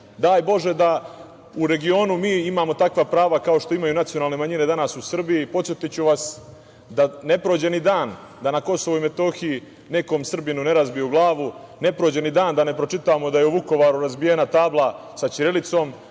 Daj Bože da u regionu mi imamo takva prava kao što imaju nacionalne manjine danas u Srbiji. Podsetiću vas da ne prođe ni dan da na KiM nekom Srbinu ne razbiju glavu, ne prođe ni dan da ne pročitamo da je u Vukovaru razbijena tabla sa ćirilicom,